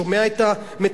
שומע את המטפל,